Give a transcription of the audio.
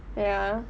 ya